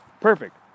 Perfect